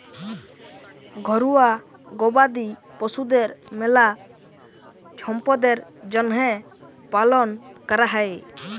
ঘরুয়া গবাদি পশুদের মেলা ছম্পদের জ্যনহে পালন ক্যরা হয়